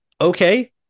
Okay